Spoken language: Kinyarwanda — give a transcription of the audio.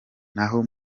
naho